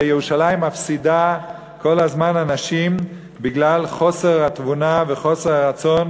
ירושלים מפסידה כל הזמן אנשים בגלל חוסר התבונה וחוסר הרצון